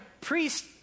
priest